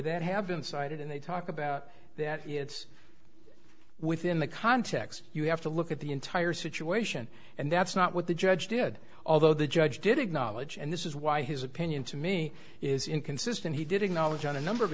that have been cited and they talk about that it's within the context you have to look at the entire situation and that's not what the judge did although the judge did acknowledge and this is why his opinion to me is inconsistent he did acknowledge on a number of